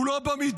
הוא לא במידות.